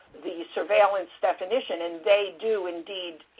the surveillance definition-and they do indeed,